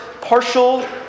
partial